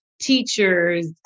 teachers